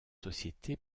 société